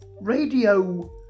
radio